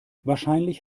wahrscheinlich